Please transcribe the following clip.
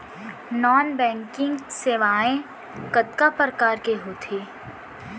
non banking सेवाएं कतका प्रकार के होथे